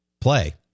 play